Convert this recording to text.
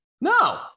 No